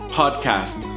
podcast